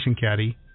Caddy